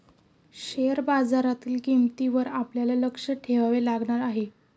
share बाजारातील किंमतींवर आपल्याला लक्ष ठेवावे लागणार आहे